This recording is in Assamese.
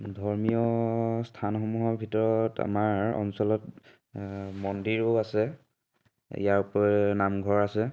ধৰ্মীয় স্থানসমূহৰ ভিতৰত আমাৰ অঞ্চলত মন্দিৰো আছে ইয়াৰ উপৰি নামঘৰ আছে